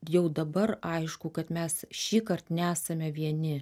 jau dabar aišku kad mes šįkart nesame vieni